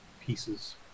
pieces